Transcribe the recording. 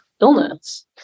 illness